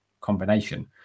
combination